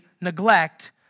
neglect